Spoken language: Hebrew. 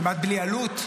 כמעט בלי עלות,